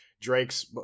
Drake's